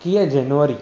एकवीह जनवरी